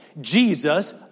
Jesus